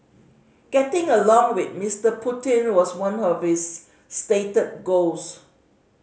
getting along with Mister Putin was one of his stated goals